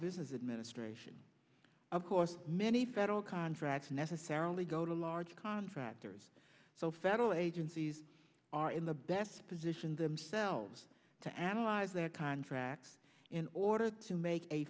business administration of course many federal contracts necessarily go to large contractors so federal agencies are in the best position themselves to analyze their contracts in order to make a